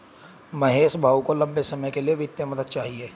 महेश भाऊ को लंबे समय के लिए वित्तीय मदद चाहिए